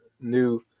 new